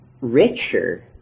richer